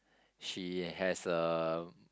she has a